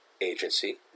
agency